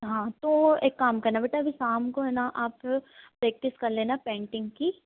हाँ तो एक काम करना बेटा अभी शाम को है ना आप प्रेक्टिस कर लेना पेंटिग की